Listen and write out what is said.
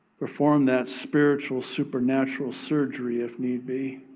perform that spirituals, supernatural surgery, if need be,